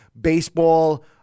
baseball